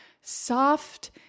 soft